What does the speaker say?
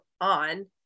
on